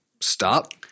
stop